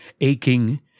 aching